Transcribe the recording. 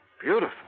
beautiful